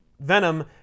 Venom